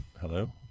Hello